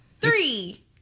Three